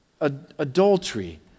adultery